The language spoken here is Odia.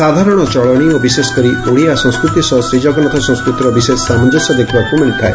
ସାଧରଣ ଚଳଣୀ ଏବଂ ବିଶେଷକରି ଓଡ଼ିଆ ସଂସ୍କୃତି ସହ ଶ୍ରୀଜଗନ୍ନାଥ ସଂସ୍କୃତିର ବିଶେଷ ସାମଞ୍ଞସ୍ୟ ଦେଖବାକୁ ମିଳିଥାଏ